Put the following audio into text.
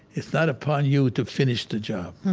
it's not upon you to finish the job,